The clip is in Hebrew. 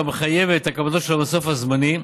המחייבת את הקמתו של המסוף הזמני,